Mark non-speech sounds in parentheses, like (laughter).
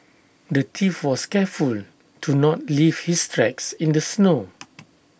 the thief was careful to not leave his tracks in the snow (noise)